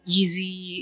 easy